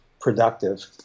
productive